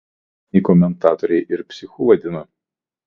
jį vietiniai komentatoriai ir psichu vadina